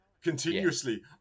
continuously